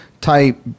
type